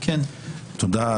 תודה,